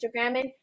Instagramming